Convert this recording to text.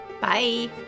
Bye